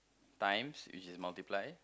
times which is multiply